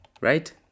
right